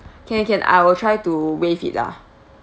can can I will try to waive it lah